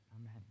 Amen